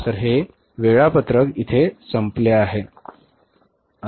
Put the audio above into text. तर हे वेळापत्रक संपले आहे